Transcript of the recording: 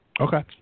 Okay